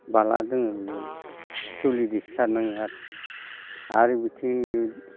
बाला दङ बेयाव सलिजोंसो सारनांगौ आरो बिथिं नै